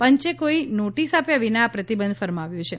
પંચે કોઈ નોટિસ આપ્યા વિના આ પ્રતિબંધ ફરમાવ્યો છે